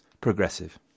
progressive